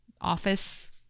office